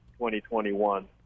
2021